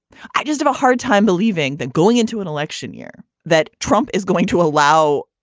i just have a hard time believing that going into an election year that trump is going to allow,